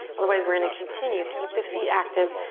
otherwise we're gonna continue, keep the feet active.